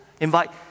Invite